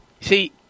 See